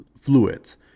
fluids